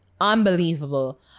unbelievable